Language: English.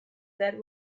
that